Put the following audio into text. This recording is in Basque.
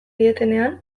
dietenean